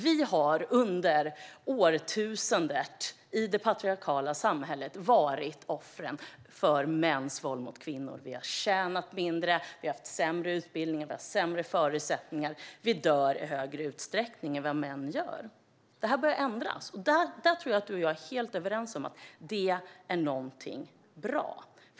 Vi har under årtusendet i det patriarkala samhället varit offren för mäns våld mot kvinnor. Vi har tjänat mindre. Vi har haft sämre utbildning och sämre förutsättningar. Vi dör tidigare än vad män gör. Detta börjar nu ändras. Jag tror att du och jag är helt överens om att detta är något bra.